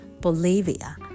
Bolivia